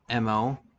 mo